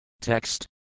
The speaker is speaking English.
Text